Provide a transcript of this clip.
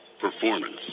performance